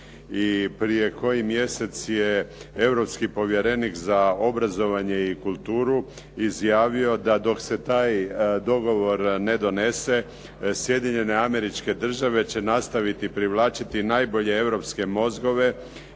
prije koji mjesec je europski povjerenik za obrazovanje i kulturu izjavio da dok se taj dogovor ne donese Sjedinjene Američke Države će nastaviti privlačiti najbolje europske mozgove